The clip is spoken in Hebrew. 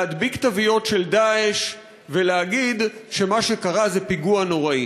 להדביק תוויות של "דאעש" ולהגיד שמה שקרה זה פיגוע נורא.